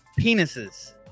penises